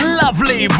lovely